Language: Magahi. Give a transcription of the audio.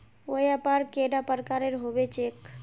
व्यापार कैडा प्रकारेर होबे चेक?